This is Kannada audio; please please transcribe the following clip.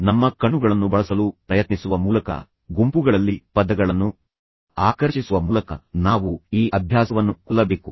ನಮ್ಮ ಕಣ್ಣುಗಳನ್ನು ಬಳಸಲು ಪ್ರಯತ್ನಿಸುವ ಮೂಲಕ ಗುಂಪುಗಳಲ್ಲಿ ಪದಗಳನ್ನು ಆಕರ್ಷಿಸುವ ಮೂಲಕ ನಾವು ಈ ಅಭ್ಯಾಸವನ್ನು ಕೊಲ್ಲಬೇಕು